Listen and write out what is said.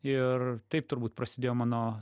ir taip turbūt prasidėjo mano